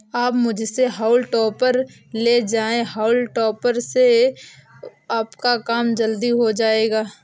आप मुझसे हॉउल टॉपर ले जाएं हाउल टॉपर से आपका काम जल्दी हो जाएगा